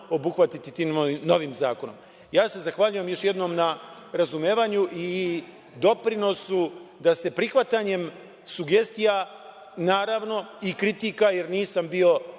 obuhvatiće sve tim novim zakonom. Zahvaljujem se još jednom na razumevanju i doprinosu da se prihvatanjem sugestija, naravno i kritika, jer nisam bio